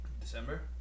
December